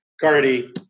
Cardi